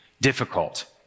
difficult